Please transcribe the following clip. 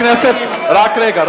רק רגע,